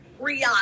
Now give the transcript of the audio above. Rihanna